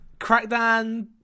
Crackdown